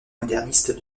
moderniste